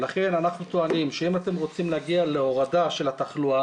לכן אנחנו טוענים שאם אתם רוצים להגיע להורדה של התחלואה